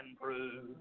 prove